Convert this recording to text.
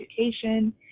Education